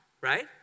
right